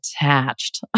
attached